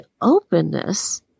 openness